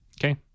Okay